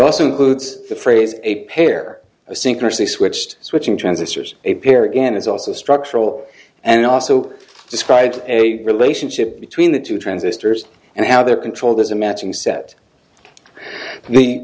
also includes the phrase a pair of secrecy switched switching transistors a pair again is also a structural and also described a relationship between the two transistors and how they're controlled is a matching set